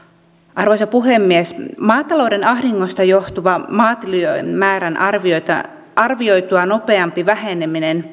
arvoisa puhemies maatalouden ahdingosta johtuva maatilojen määrän arvioitua nopeampi väheneminen